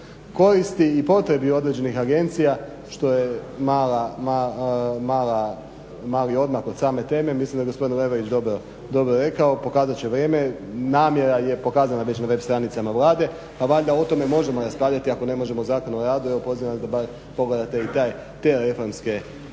koristi i potrebi određenih agencija što je mali odmak od same teme, mislim da je gospodin Leverić dobro rekao, pokazat će vrijeme, namjera je pokazana već na web stranicama Vlade pa valjda o tome možemo raspravljati ako ne možemo o Zakonu o radu, evo pozivam vas da bar pogledate i te reformske